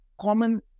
common